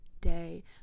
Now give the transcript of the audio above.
day